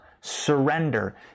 surrender